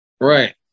Right